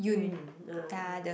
Yun ah